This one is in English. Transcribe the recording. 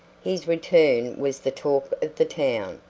his return was the talk of the town.